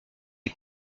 est